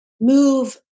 move